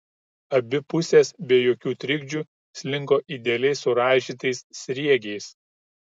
abi pusės be jokių trikdžių slinko idealiai suraižytais sriegiais